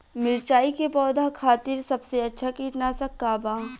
मिरचाई के पौधा खातिर सबसे अच्छा कीटनाशक का बा?